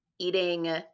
Eating